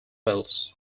wales